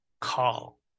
call